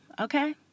Okay